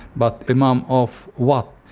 but an imam of what?